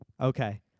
Okay